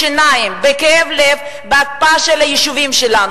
בשיניים, בכאב לב, בהקפאה של היישובים שלנו.